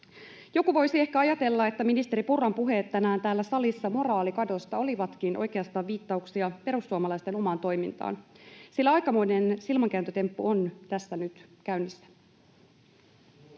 Joku voisi ehkä ajatella, että ministeri Purran puheet tänään täällä salissa moraalikadosta olivatkin oikeastaan viittauksia perussuomalaisten omaan toimintaan, sillä aikamoinen silmänkääntötemppu on tässä nyt käynnissä.